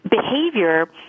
behavior